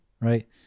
right